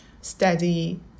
steady